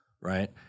right